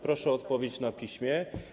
Proszę o odpowiedź na piśmie.